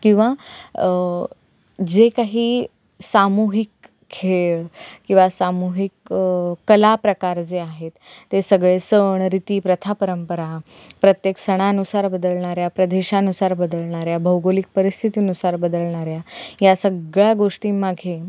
किंवा जे काही सामूहिक खेळ किंवा सामूहिक कलाप्रकार जे आहेत ते सगळे सण रीती प्रथा परंपरा प्रत्येक सणानुसार बदलणाऱ्या प्रदेशानुसार बदलणाऱ्या भौगोलिक परिस्थितीनुसार बदलणाऱ्या या सगळ्या गोष्टींमागे